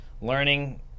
learning